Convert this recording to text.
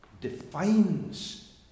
defines